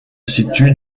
situe